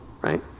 right